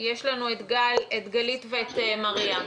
יש לנו את גלית ואת מריה.